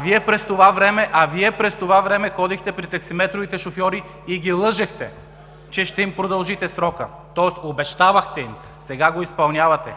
Вие през това време ходихте при таксиметровите шофьори и ги лъжехте, че ще им продължите срока, тоест, обещавахте им. Сега го изпълнявате.